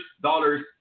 dollars